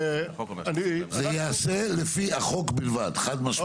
זה ייעשה לפי החוק בלבד, חד משמעית.